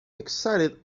excited